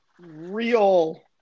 real